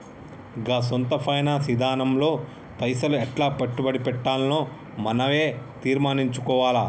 గా సొంత ఫైనాన్స్ ఇదానంలో పైసలు ఎట్లా పెట్టుబడి పెట్టాల్నో మనవే తీర్మనించుకోవాల